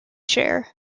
chair